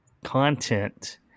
content